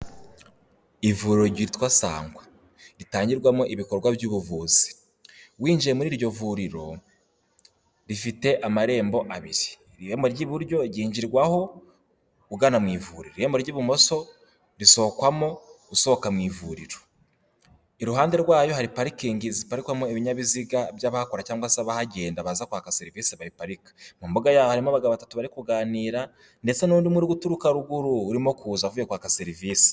Ivuriro ryitwa Sangwa ritangirwamo ibikorwa by'ubuvuzi. Winjiye muri iryo vuriro rifite amarembo abiri. Irembo ry'iburyo ryinjirwaho ugana mu ivuriro. Irembo ry'ibumoso risohokwamo usohoka mu ivuriro. Iruhande rwayo hari parikingi ziparikwamo ibinyabiziga by'abahakora cyangwa se abahagenda baza kwaka serivisi babiparika. Mu mbuga yabo harimo abagabo batatu barikuganira ndetse n'undi uriguturuka ruguru urimo kuza avuye kwaka serivisi.